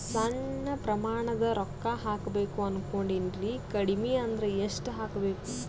ಸಣ್ಣ ಪ್ರಮಾಣದ ರೊಕ್ಕ ಹಾಕಬೇಕು ಅನಕೊಂಡಿನ್ರಿ ಕಡಿಮಿ ಅಂದ್ರ ಎಷ್ಟ ಹಾಕಬೇಕು?